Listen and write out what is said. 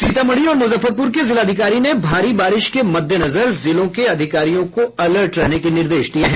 सीतामढ़ी और मुजफ्फरपुर के जिलाधिकारी ने भारी बारिश के मद्देनजर जिलों के अधिकारियों को अलर्ट रहने के निर्देश दिये हैं